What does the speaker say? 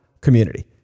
community